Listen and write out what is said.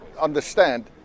understand